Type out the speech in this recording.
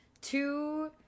two